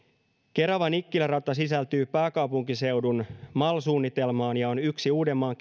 kerava nikkilä rata sisältyy pääkaupunkiseudun mal suunnitelmaan ja on yksi uudenmaan